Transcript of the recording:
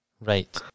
Right